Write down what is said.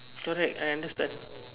correct I understand